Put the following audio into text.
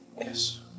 yes